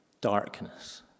darkness